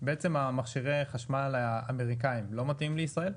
מכשירי החשמל האמריקאים לא מתאימים לישראל?